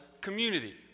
community